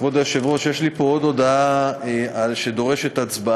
כבוד היושב-ראש, יש לי פה עוד הודעה שדורשת הצבעה.